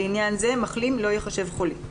לעניין זה, מחלים לא ייחשב חולה.